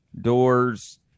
doors